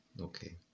okay